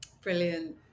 Brilliant